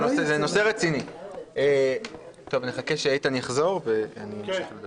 אני אתן ליועצת המשפטית להשיב,